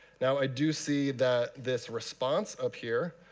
now i do see that this response up here